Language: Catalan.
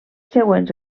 següents